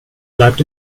bleibt